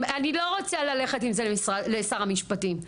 אני לא רוצה ללכת עם זה לשר המשפטים,